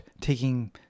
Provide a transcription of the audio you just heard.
taking